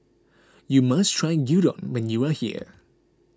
you must try Gyudon when you are here